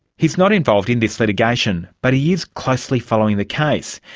he is not involved in this litigation but he is closely following the case.